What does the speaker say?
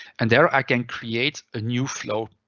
and there i can create a new flow.